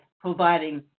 providing